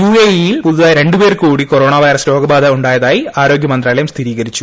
യുഎഇയിൽ പുതിയതായി രണ്ടു പേർക്ക് കൂടി കൊറോണ വൈറസ് രോഗബാധ ഉണ്ടായതായി ആരോഗ്യ മന്ത്രാലയം സ്ഥിരീകരിച്ചു